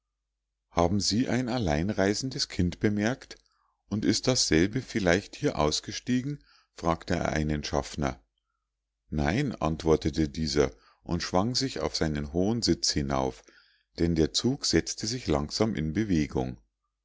haben sie ein allein reisendes kind bemerkt und ist dasselbe vielleicht hier ausgestiegen fragte er einen schaffner nein antwortete dieser und schwang sich auf seinen hohen sitz hinauf denn der zug setzte sich langsam in bewegung